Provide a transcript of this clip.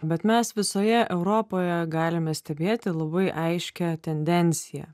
bet mes visoje europoje galime stebėti labai aiškią tendenciją